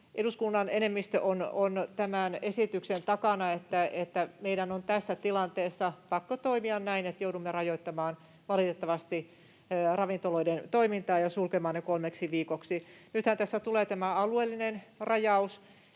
eduskunnan enemmistö on tämän esityksen takana, että meidän on tässä tilanteessa pakko toimia näin, että joudumme rajoittamaan, valitettavasti, ravintoloiden toimintaa ja sulkemaan ne kolmeksi viikoksi. Nythän tässä tulee tämä alueellinen rajaus